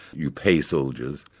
you pay soldiers,